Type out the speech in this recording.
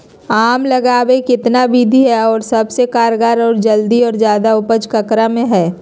आम लगावे कितना विधि है, और सबसे कारगर और जल्दी और ज्यादा उपज ककरा में है?